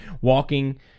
walking